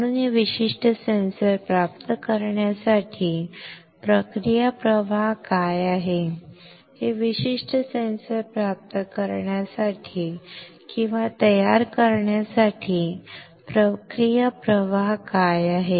म्हणून हे विशिष्ट सेन्सर प्राप्त करण्यासाठी प्रक्रिया प्रवाह काय आहे हे विशिष्ट सेन्सर प्राप्त करण्यासाठी किंवा तयार करण्यासाठी प्रक्रिया प्रवाह काय आहेत